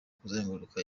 kuzenguruka